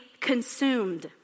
consumed